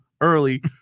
early